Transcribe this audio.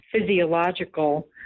physiological